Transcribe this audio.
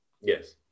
Yes